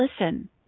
listen